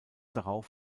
darauf